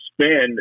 spend